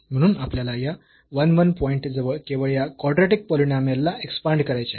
आणि आपल्याला या 1 1 पॉईंट जवळ केवळ या कॉड्रॅटिक पॉलिनॉमियलला एक्सपांड करायचे आहे